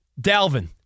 Dalvin